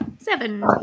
seven